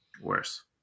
Worse